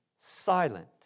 silent